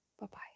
Bye-bye